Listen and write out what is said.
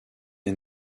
est